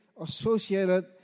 associated